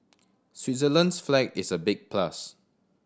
Switzerland's flag is a big plus